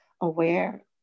aware